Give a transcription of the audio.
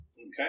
Okay